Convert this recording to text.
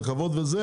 רכבות וזה,